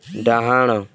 ଡାହାଣ